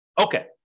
okay